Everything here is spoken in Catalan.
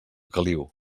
caliu